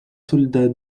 soldats